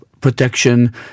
protection